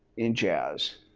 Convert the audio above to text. in jazz.